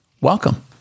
Welcome